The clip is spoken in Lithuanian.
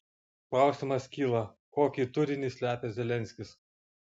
klausimas kyla kokį turinį slepia zelenskis